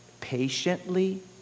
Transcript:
patiently